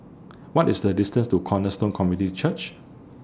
What IS The distance to Cornerstone Community Church